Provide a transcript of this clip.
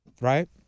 right